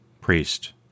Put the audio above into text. Priest